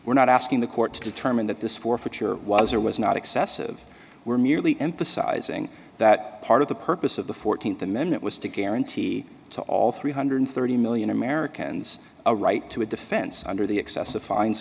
we're not asking the court to determine that this forfeiture was or was not excessive we're merely emphasizing that part of the purpose of the fourteenth amendment was to guarantee to all three hundred thirty million americans a right to a defense under the excessive fines